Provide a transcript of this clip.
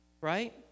right